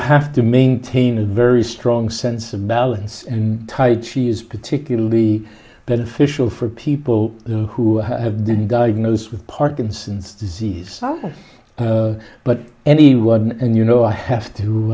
have to maintain a very strong sense of balance and tight she is particularly beneficial for people who have been diagnosed with parkinson's disease but anyone and you know i have t